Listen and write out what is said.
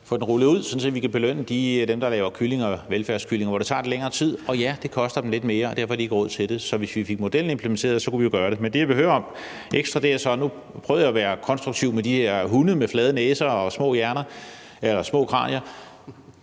Få den rullet ud, så vi kan belønne dem, der laver velfærdskyllinger, hvor det tager lidt længere tid. Og ja, det koster dem lidt mere, og derfor har de ikke råd til det. Så hvis vi fik modellen implementeret, kunne vi gøre det. Men jeg vil høre om noget andet også. Nu prøvede jeg at være konstruktiv med de her hunde med flade næser og små kranier, og det der